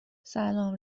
سلام